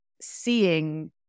seeing